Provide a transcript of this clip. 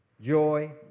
joy